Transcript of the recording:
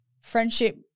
friendship